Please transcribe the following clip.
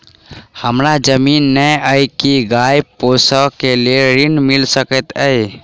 हमरा जमीन नै अई की गाय पोसअ केँ लेल ऋण मिल सकैत अई?